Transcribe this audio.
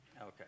Okay